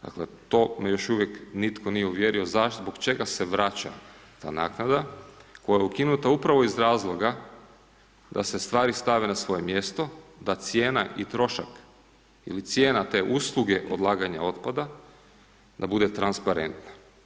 Dakle to me još uvijek nitko nije uvjerio zašto, zbog čega se vraća ta naknada koja je ukinuta upravo iz razloga da se stvari stave na svoje mjesto, da cijena i trošak ili cijena te usluge odlaganja otpada, da bude transparentna.